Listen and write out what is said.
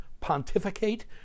pontificate